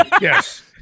yes